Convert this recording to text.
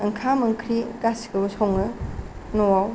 ओंखाम ओंख्रि गासिखौबो सङो न'आव